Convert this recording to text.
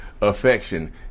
affection